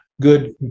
good